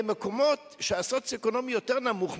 במקומות שהמעמד הסוציו-אקונומי נמוך יותר,